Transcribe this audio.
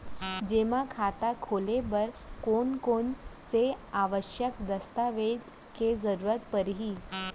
जेमा खाता खोले बर कोन कोन से आवश्यक दस्तावेज के जरूरत परही?